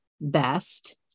best